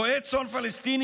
רועה צאן פלסטיני,